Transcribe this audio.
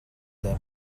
them